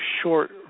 short